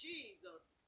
Jesus